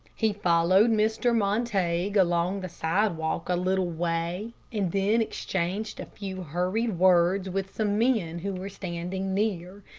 he followed mr. montague along the sidewalk a little way, and then exchanged a few hurried words with some men who were standing near,